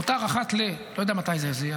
מותר אחת ל- לא יודע מתי זה,